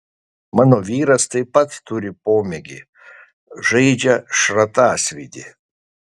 mano vyras taip pat turi pomėgį žaidžia šratasvydį